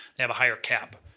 they have a higher cap.